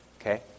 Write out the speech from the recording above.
Okay